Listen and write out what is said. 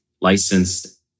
licensed